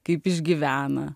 kaip išgyvena